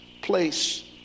place